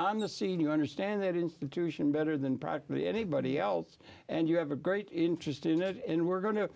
on the scene you understand that institution better than product than anybody else and you have a great interest in it and we're going to